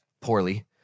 Poorly